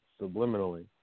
subliminally